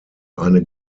eine